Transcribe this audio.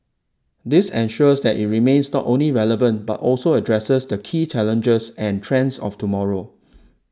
this ensures that it remains not only relevant but also addresses the key challenges and trends of tomorrow